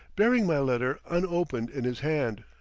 bearing my letter unopened in his hand.